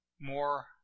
more